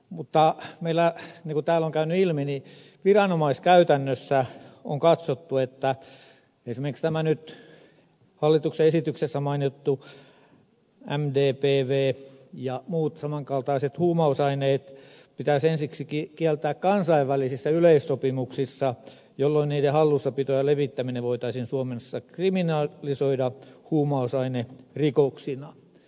mutta meillä niin kuin täällä on käynyt ilmi viranomaiskäytännössä on katsottu että esimerkiksi tämä nyt hallituksen esityksessä mainittu mdpv ja muut samankaltaiset huumausaineet pitäisi ensiksikin kieltää kansainvälisissä yleissopimuksissa jolloin niiden hallussapito ja levittäminen voitaisiin suomessa kriminalisoida huumausainerikoksina